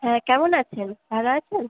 হ্যাঁ কেমন আছেন ভালো আছেন